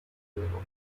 diego